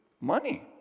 money